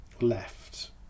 left